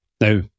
Now